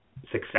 success